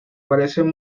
parecen